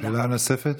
שאלה נוספת,